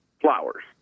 Flowers